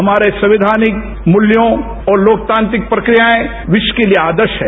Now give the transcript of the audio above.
हमारे संवैघानिक मूल्योंऔर लोकतांत्रिक प्रक्रियाएं विश्व के लिए आदर्श हैं